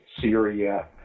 Syria